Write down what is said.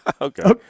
Okay